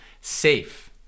safe